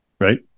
right